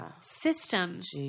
systems